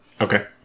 Okay